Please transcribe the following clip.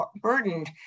burdened